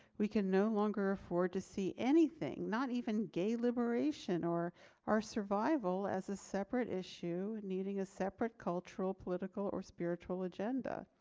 we can no longer afford to see anything not even gay liberation or our survival as a separate issue needing a separate cultural, political or spiritual agenda.